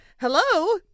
Hello